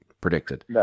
predicted